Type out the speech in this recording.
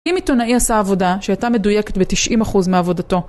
אם עיתונאי עשה עבודה שהייתה מדויקת ב-90% מעבודתו.